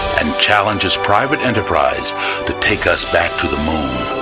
and challenges private enterprise to take us back to the moon.